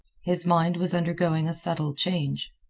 his mind was undergoing a subtle change.